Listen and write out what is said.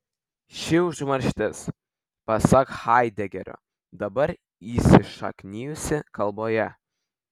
ši užmarštis pasak haidegerio dabar įsišaknijusi kalboje